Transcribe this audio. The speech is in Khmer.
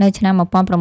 នៅឆ្នាំ១៩៤